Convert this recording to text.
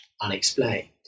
unexplained